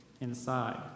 inside